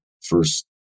first